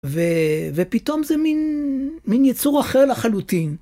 ופתאום זה מין יצור אחר לחלוטין.